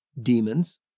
demons